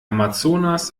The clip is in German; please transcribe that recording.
amazonas